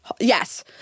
Yes